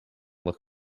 look